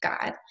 God